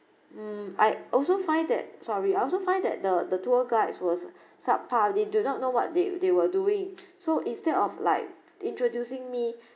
mm I also find that sorry I also find that the the tour guides was sub par they do not know what they they were doing so instead of like introducing me